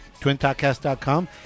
twintalkcast.com